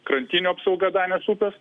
krantinių apsauga danės upės